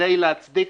כדי להצדיק,